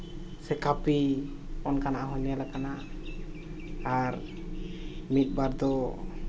ᱥᱮ ᱠᱟᱹᱯᱤ ᱚᱱᱠᱟᱱᱟᱜ ᱦᱚᱸ ᱧᱮᱞᱟᱠᱟᱱᱟ ᱟᱨ ᱢᱤᱫ ᱵᱟᱨ ᱫᱚ